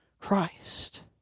Christ